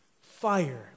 Fire